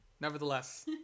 nevertheless